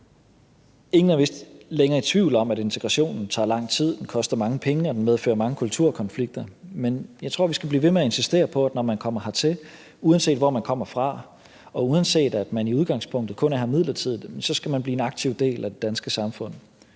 Ingen er vist længere i tvivl om, at integrationen tager lang tid, at den koster mange penge, og at den medfører mange kulturkonflikter. Men jeg tror, vi skal blive ved med at insistere på, at når man kommer hertil, uanset hvor man kommer fra, og uanset at man i udgangspunktet kun er her midlertidigt, så skal man blive en aktiv del af det danske samfund.